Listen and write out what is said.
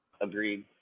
Agreed